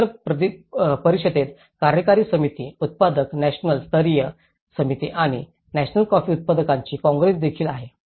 शिखर परिषदेत कार्यकारी समिती उत्पादक नॅशनल स्तरीय समिती आणि नॅशनल कॉफी उत्पादकांची कॉंग्रेस देखील आहे